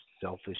selfish